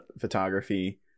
photography